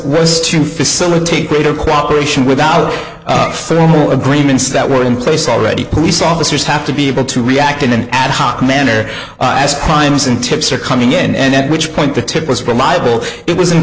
was to facilitate greater cooperation without formal agreements that were in place already police officers have to be able to react in an ad hoc manner as crime scene tips are coming in and at which point the tip was reliable it was in